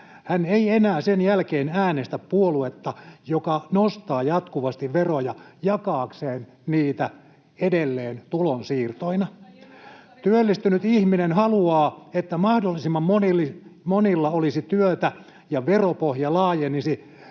Hän ei enää sen jälkeen äänestä puoluetta, joka nostaa jatkuvasti veroja jakaakseen niitä edelleen tulonsiirtoina. Työllistynyt ihminen haluaa, että mahdollisimman monilla olisi työtä ja veropohja laajenisi